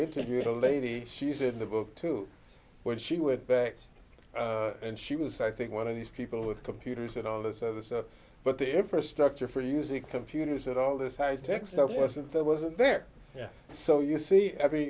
interviewed a lady she said in the book to when she would back and she was i think one of these people with computers and all this other stuff but the infrastructure for using computers that all this high tech stuff wasn't there wasn't there yet so you see every